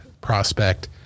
prospect